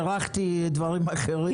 הארכתי דברים אחרים ונפגע הזמן.